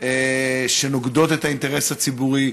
שנוגדות את האינטרס הציבורי,